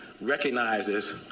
recognizes